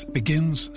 begins